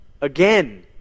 again